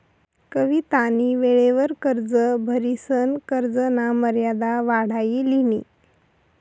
कवितानी वेळवर कर्ज भरिसन कर्जना मर्यादा वाढाई लिनी